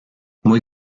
mój